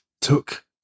took